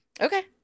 okay